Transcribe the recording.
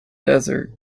desert